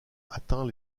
atteint